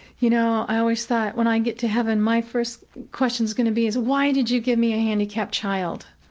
you know, i always thought when i get to heaven my first question's going to be is, why did you give me a handicapped child,